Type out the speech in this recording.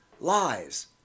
Lies